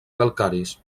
calcaris